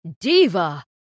Diva